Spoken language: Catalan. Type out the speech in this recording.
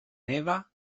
neva